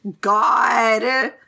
God